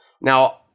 now